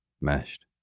meshed